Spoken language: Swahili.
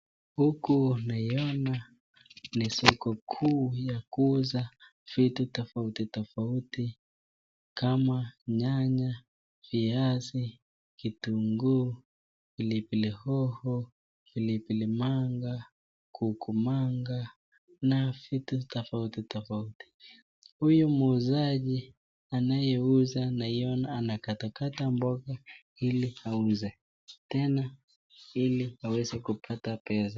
Huku naiona ni sikukuu ya kuuza vitu tofautitofauti kama nyanya, viazi, kitunguu, pilipili hoho, pilipili manga, kukumanga na vitu tofauti tofauti, huyu muuzaji anayeuza naiona anakatakata mboga ili auze, tena ili aweze kupata pesa.